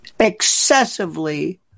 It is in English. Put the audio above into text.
excessively